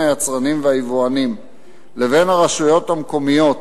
היצרנים והיבואנים לבין הרשויות המקומיות